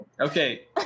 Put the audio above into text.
okay